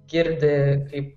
girdi kaip